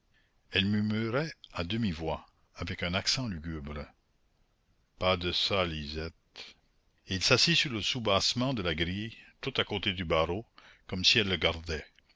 elle murmura à demi-voix avec un accent lugubre pas de ça lisette elle s'assit sur le soubassement de la grille tout à côté du barreau comme si elle le gardait